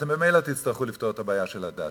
אתם ממילא תצטרכו לפתור את הבעיה של "הדסה",